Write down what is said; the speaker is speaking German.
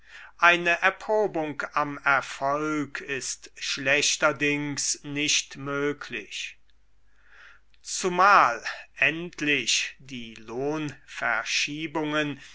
eine erprobung am erfolg ist schlechterdings nicht möglich zumal endlich die